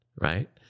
Right